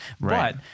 Right